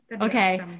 Okay